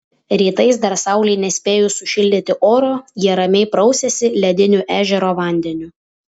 rytais dar saulei nespėjus sušildyti oro jie ramiai prausiasi lediniu ežero vandeniu